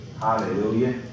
Hallelujah